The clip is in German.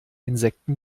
insekten